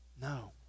No